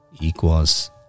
equals